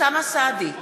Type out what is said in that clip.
אוסאמה סעדי,